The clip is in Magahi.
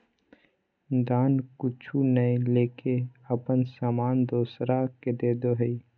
दान कुछु नय लेके अपन सामान दोसरा के देदो हइ